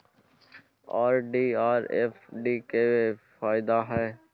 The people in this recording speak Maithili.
आर.डी आर एफ.डी के की फायदा हय?